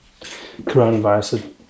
coronavirus